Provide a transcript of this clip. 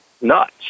Nuts